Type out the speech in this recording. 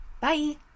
Bye